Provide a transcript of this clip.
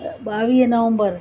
ॿावीह नवम्बर